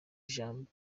ijambo